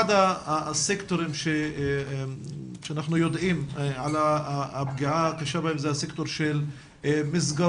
אחד הסקטורים שאנחנו יודעים על הפגיעה הקשה בו זה הסקטור של מסגרות